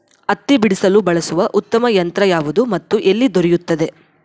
ಹತ್ತಿ ಬಿಡಿಸಲು ಬಳಸುವ ಉತ್ತಮ ಯಂತ್ರ ಯಾವುದು ಮತ್ತು ಎಲ್ಲಿ ದೊರೆಯುತ್ತದೆ?